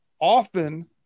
often